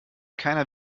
keiner